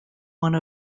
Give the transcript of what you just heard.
one